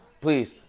please